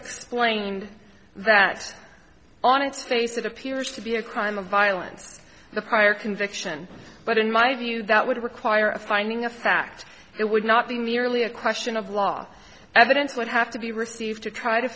explained that on its face it appears to be a crime of violence the prior conviction but in my view that would require a finding of fact it would not be merely a question of law evidence would have to be received to try to